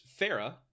Farah